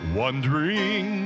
wondering